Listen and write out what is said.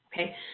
okay